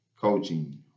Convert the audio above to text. coaching